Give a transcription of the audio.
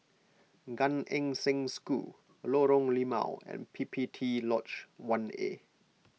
Gan Eng Seng School Lorong Limau and P P T Lodge one A